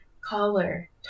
color